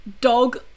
Dog